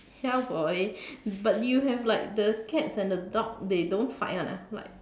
ya boy but you have like the cats and the dog they don't fight [one] ah like